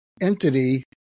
entity